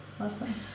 awesome